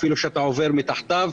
ואפילו כשאתה עובר מתחתיו,